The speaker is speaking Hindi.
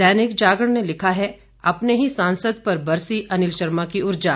दैनिक जागरण ने लिखा है अपने ही सांसद पर बरसी अनिल की ऊर्जा